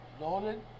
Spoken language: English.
Loaded